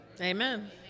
Amen